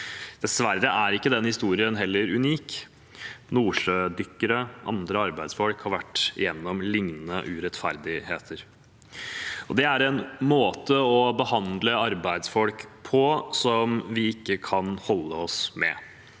Dessverre er ikke denne historien unik. Nordsjødykkere og andre arbeidsfolk har vært gjennom liknende urettferdigheter. Dette er en måte å behandle arbeidsfolk på som vi ikke kan holde oss med.